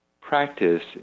practice